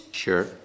Sure